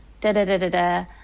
da-da-da-da-da